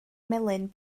melyn